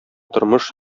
тормыш